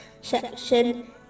section